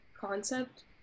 concept